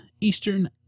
Eastern